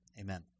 Amen